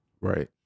Right